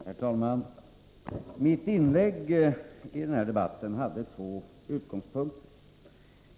Herr talman! Mitt förra inlägg i den här debatten hade två utgångspunkter.